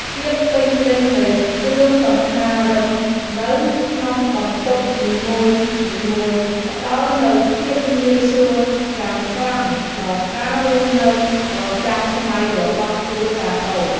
ភាពពេញលេញនៃគ្រឿងសង្ហារិមនៅក្នុងបន្ទប់នីមួយៗផ្ដល់នូវភាពងាយស្រួលយ៉ាងខ្លាំងដល់ការរស់នៅប្រចាំថ្ងៃរបស់គ្រួសារតូចៗ។